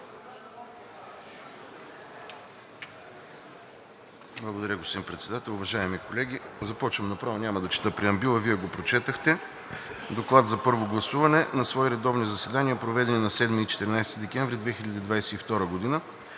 Благодаря, господин Председател. Уважаеми колеги, започвам направо, няма да чета преамбюла, Вие го прочетохте. „ДОКЛАД за първо гласуване На свои редовни заседания, проведени на 7 и 14 декември 2022 г.,